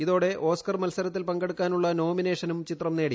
ഇതോടെ ഓസ്കർ മത്സരത്തിൽ പങ്കെടുക്കാനുള്ള നോമിനേഷനും ചിത്രം നേടി